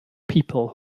people